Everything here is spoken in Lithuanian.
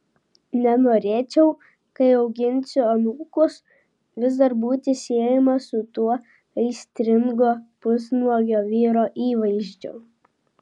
nenorėčiau kai auginsiu anūkus vis dar būti siejamas su tuo aistringo pusnuogio vyro įvaizdžiu